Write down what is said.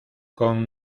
con